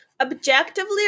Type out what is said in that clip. Objectively